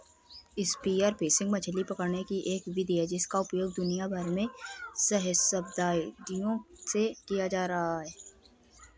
spear fishing मछली पकड़ने की एक विधि है जिसका उपयोग दुनिया भर में सहस्राब्दियों से किया जाता रहा है